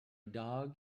dog